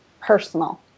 personal